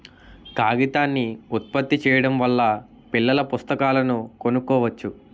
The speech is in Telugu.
కాగితాన్ని ఉత్పత్తి చేయడం వల్ల పిల్లల పుస్తకాలను కొనుక్కోవచ్చు